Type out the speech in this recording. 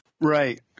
Right